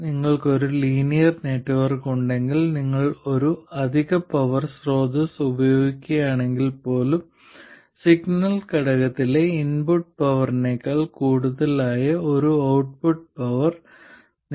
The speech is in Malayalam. നിങ്ങൾക്ക് ഒരു ലീനിയർ നെറ്റ്വർക്ക് ഉണ്ടെങ്കിൽ നിങ്ങൾ ഒരു അധിക പവർ സ്രോതസ്സ് ഉപയോഗിക്കുകയാണെങ്കിൽപ്പോലും സിഗ്നൽ ഘടകത്തിലെ ഇൻപുട്ട് പവറിനേക്കാൾ കൂടുതലായ ഒരു ഔട്ട്പുട്ട് പവർ നിങ്ങൾക്ക് സിഗ്നൽ ഘടകത്തിൽ ഉണ്ടാകില്ല